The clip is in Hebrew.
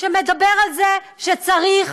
שמדבר על זה שצריך,